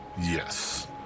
Yes